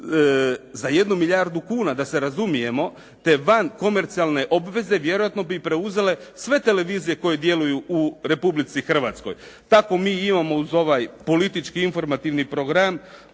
za 1 milijardu kuna da se razumijemo te vankomercijalne obveze vjerojatno bi preuzele sve televizije koje djeluju u Republici Hrvatskoj. Tako mi imamo uz ovaj politički informativni program